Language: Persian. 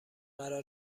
قرار